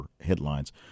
headlines